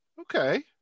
Okay